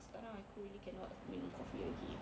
sekarang aku really cannot minum coffee again